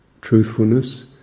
truthfulness